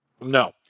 no